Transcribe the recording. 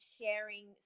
sharing